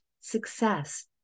success